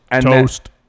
toast